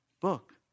book